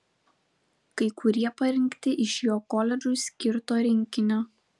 kai kurie parinkti iš jo koledžui skirto rinkinio